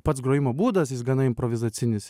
pats grojimo būdas jis gana improvizacinis